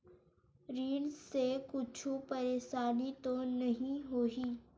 ऋण से कुछु परेशानी तो नहीं होही?